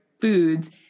foods